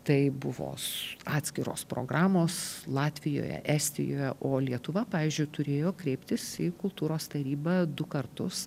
tai buvo s atskiros programos latvijoje estijoje o lietuva pavyzdžiui turėjo kreiptis į kultūros tarybą du kartus